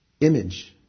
Image